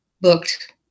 booked